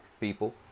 people